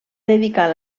dedicar